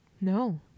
No